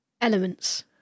elements